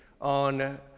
on